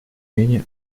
менее